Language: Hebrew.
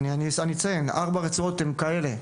ארבע הרצועות הן כאלה: